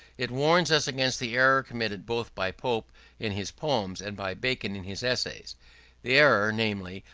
it warns us against the error committed both by pope in his poems and by bacon in his essays the error, namely,